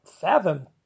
fathom